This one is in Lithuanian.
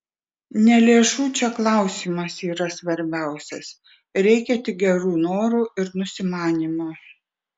ne lėšų čia klausimas yra svarbiausias reikia tik gerų norų ir nusimanymo